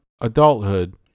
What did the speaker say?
adulthood